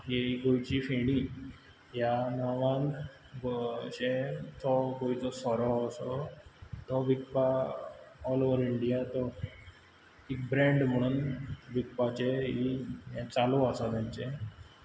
ही गोंयची फेणी ह्या नांवान अशें तो गोंयचो सोरो असो तो विकपा ओल ओव्हर इंडिया तो एक ब्रेंड म्हुणून विकपाचें हें चालू आसा तेंचें